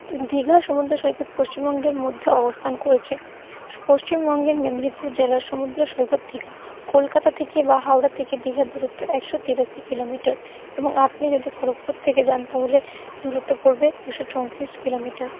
দীঘার সমুদ্র সৈকত পশ্চিমবঙ্গের মধ্যে অবস্থান করেছে পশ্চিমবঙ্গের মেদিনীপুর জেলার সমুদ্র সৈকত দীঘা কলকাতা থেকে বা হাওড়া থেকে দীঘার দূরত্ব একশো তিরাশি কিলোমিটার এবং আপনি যদি খড়গপুর থেকে যান তাহলে দূরত্ব পড়বে দুশো চৌঁত্রিশ কিলোমিটার